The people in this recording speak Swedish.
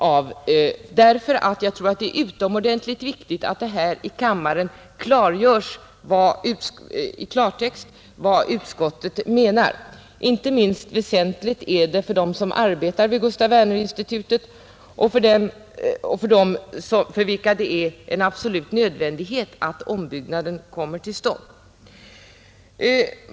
Jag tror nämligen att det är utomordentligt viktigt att det här i riksdagen i klartext sägs ifrån vad utskottet menar. Inte minst väsentligt är detta för dem som arbetar vid Gustaf Werners institut — för dem är det en absolut nödvändighet att ombyggnaden kommer till stånd.